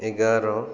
ଏଗାର